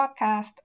podcast